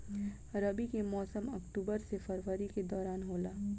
रबी के मौसम अक्टूबर से फरवरी के दौरान होला